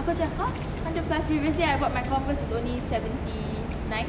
aku macam !huh! hundred plus previously I bought my converse is only seventy nine